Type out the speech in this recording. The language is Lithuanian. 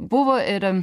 buvo ir